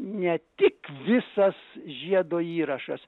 ne tik visas žiedo įrašas